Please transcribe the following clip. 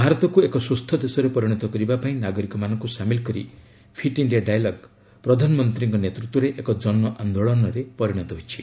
ଭାରତକୁ ଏକ ସୁସ୍ଥ ଦେଶରେ ପରିଣତ କରିବା ପାଇଁ ନାଗରିକମାନଙ୍କୁ ସାମିଲ କରି ଫିଟ୍ ଇଣ୍ଡିଆ ଡାଏଲଗ୍ ପ୍ରଧାନମନ୍ତ୍ରୀଙ୍କ ନେତୃତ୍ୱରେ ଏକ ଜନ ଆନ୍ଦୋଳନରେ ପରିଣତ ହୋଇଛି